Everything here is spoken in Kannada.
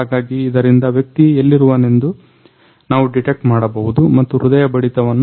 ಹಾಗಾಗಿ ಇದರಿಂದ ವ್ಯಕ್ತಿ ಎಲ್ಲಿರುವನೆಂದು ನಾವು ಡಿಟೆಕ್ಟ್ ಮಾಡಬಹುದು ಮತ್ತು ಹೃದಯ ಬಡಿತವನ್ನು